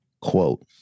Quote